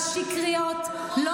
להתבייש, בהחלט.